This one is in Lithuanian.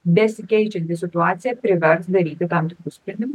besikeičianti situacija privers daryti tam tikrus sprendimus